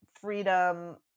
freedom